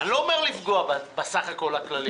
אני לא רוצה לפגוע בסך הכול הכללי,